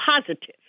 positive